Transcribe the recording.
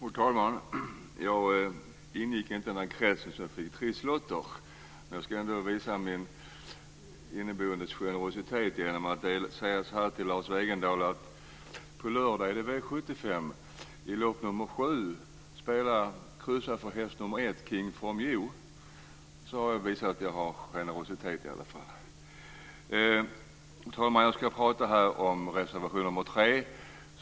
Fru talman! Jag ingick inte i den krets som fick trisslotter. Jag kan ändå visa min inneboende generositet genom att säga följande till Lars Wegendal. På lördag är det V 75. Kryssa för häst nr 1 King from Hjo i lopp nr 7. Jag har därmed visat att jag i varje fall har generositet. Fru talman! Jag ska tala om reservation nr 3.